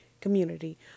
community